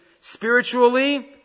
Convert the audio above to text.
spiritually